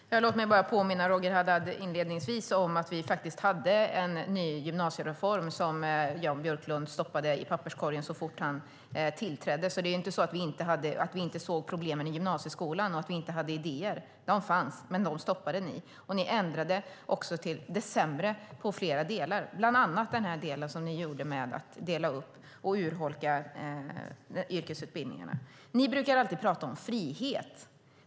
Fru talman! Låt mig inledningsvis påminna Roger Haddad om att vi hade ett förslag om en ny gymnasiereform. Men det förslaget stoppade Jan Björklund i papperskorgen när han tillträdde. Det är alltså inte så att vi inte såg problemen i gymnasieskolan och att vi inte hade idéer. Sådana fanns, men ni stoppade dem. I flera delar ändrade ni till det sämre. Bland annat gäller det då detta med att dela upp och urholka yrkesutbildningarna. Ni brukar tala om frihet.